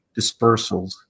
dispersals